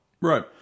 right